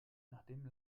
nachdem